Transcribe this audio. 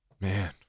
Man